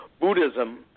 Buddhism